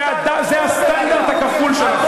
זה הסטנדרט הכפול שלכם.